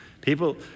People